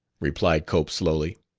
replied cope slowly.